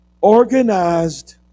Organized